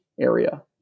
area